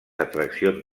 atraccions